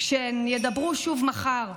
כשהן ידברו שוב מחר,